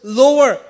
lower